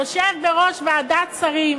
יושב בראש ועדת שרים